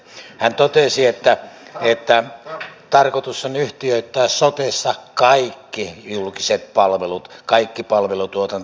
hän totesi että tarkoitus on yhtiöittää sotessa kaikki julkiset palvelut kaikki palvelutuotanto